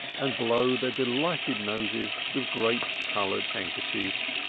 and blow their delighted noses with great colored handkerchiefs,